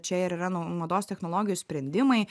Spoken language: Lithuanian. čia ir yra nu mados technologijų sprendimai